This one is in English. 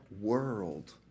world